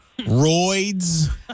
roids